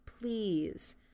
Please